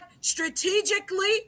strategically